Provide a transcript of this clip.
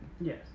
Yes